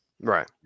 Right